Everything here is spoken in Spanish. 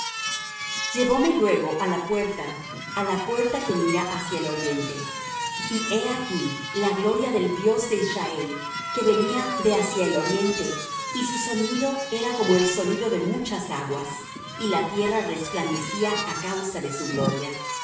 llevome luego á la puerta á la puerta que mira hacia el oriente y he aquí la gloria del dios de israel que venía de hacia el oriente y su sonido era como el sonido de muchas aguas y la tierra resplandecía á causa de su gloria